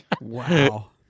Wow